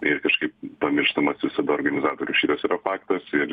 ir kažkaip pamirštamas visada organizatorių šitas yra faktas ir